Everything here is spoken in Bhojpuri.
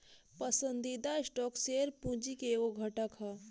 पसंदीदा स्टॉक शेयर पूंजी के एगो घटक ह